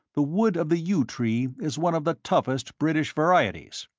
the wood of the yew tree is one of the toughest british varieties.